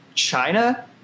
China